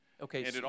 Okay